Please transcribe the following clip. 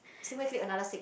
clique another six